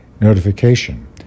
notification